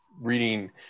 reading